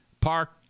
Park